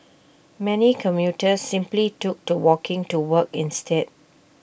many commuters simply took to walking to work instead